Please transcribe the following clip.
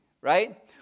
right